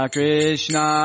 Krishna